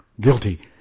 guilty